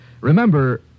Remember